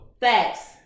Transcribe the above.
facts